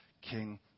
king